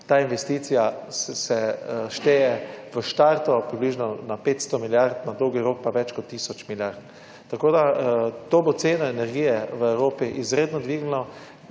ta investicija se šteje v štartu približno na petsto milijard, na dolgi rok pa več kot tisoč milijard. Tako da to bo ceno energije v Evropi izredno dvignilo.